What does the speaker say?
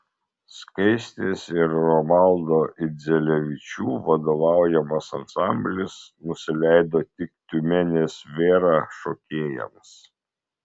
skaistės ir romaldo idzelevičių vadovaujamas ansamblis nusileido tik tiumenės vera šokėjams